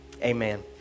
Amen